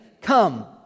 Come